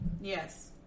Yes